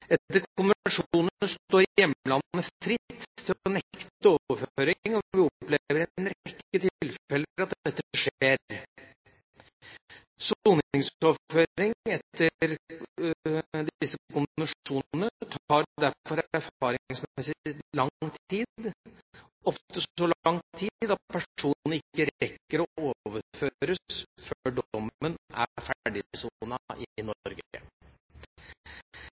til å nekte overføring, og vi opplever i en rekke tilfeller at dette skjer. Soningsoverføring etter disse konvensjonene tar derfor erfaringsmessig lang tid, ofte så lang tid at personene ikke rekker å overføres før dommen er ferdig sonet i Norge. Den gjennomsnittlige saksbehandlingstida for soningsoverføring i